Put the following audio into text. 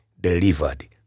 delivered